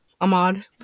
Ahmad